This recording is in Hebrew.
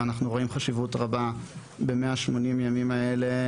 אנחנו רואים חשיבות רבה ב-180 ימים האלה,